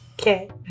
Okay